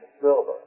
silver